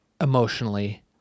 emotionally